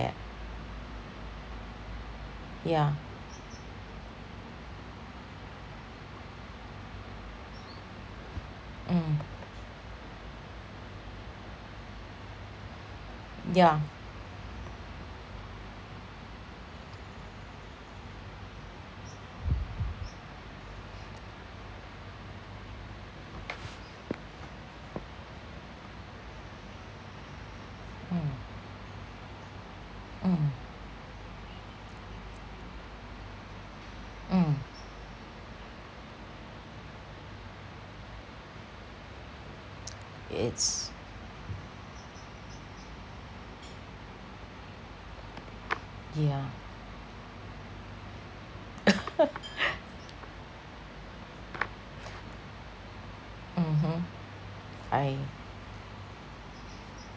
yeah mm yeah mm mm mm it's yeah mmhmm I